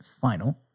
final